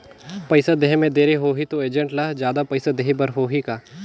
पइसा देहे मे देरी होही तो एजेंट ला जादा पइसा देही बर होही का?